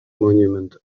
monument